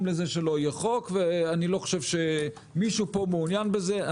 לזה שלא יהיה חוק ואני לא חושב שמישהו פה מעוניין בזה.